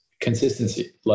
consistency